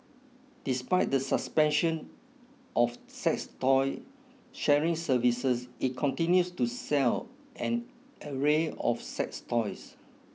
despite the suspension of sex toy sharing services it continues to sell an array of sex toys